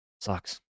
Sucks